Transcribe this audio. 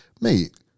mate